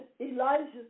Elijah